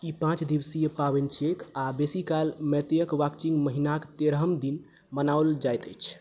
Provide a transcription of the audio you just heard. ई पाँच दिवसीय पाबनि छियैक आ बेसीकाल मैतेयक वाकचिंग महिनाक तेरहम दिन मनाओल जायत अछि